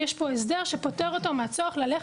יש פה הסדר שפוטר אותו מהצורך ללכת